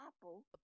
apple